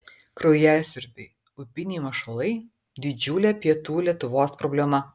kraujasiurbiai upiniai mašalai didžiulė pietų lietuvos problema